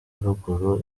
ruguru